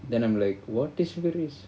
then I'm like what is